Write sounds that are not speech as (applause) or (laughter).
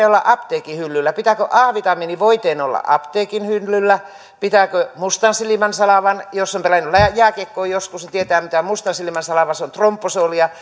(unintelligible) olla apteekin hyllyllä pitääkö a vitamiinivoiteen olla apteekin hyllyllä pitääkö mustansilmänsalvan jos on pelannut jääkiekkoa joskus niin tietää mitä on mustansilmänsalva se on trombosolia (unintelligible)